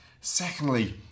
Secondly